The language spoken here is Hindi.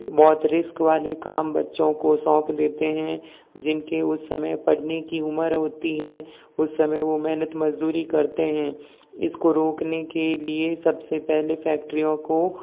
बहुत रिस्क वाले काम बच्चों को सौंप देते हैं जिन के उस समय पढ़ने की उम्र होती है उस समय वह मेहनत मज़दूरी करते हैं इसको रोकने के लिए सब से पहले फैक्ट्रीयों को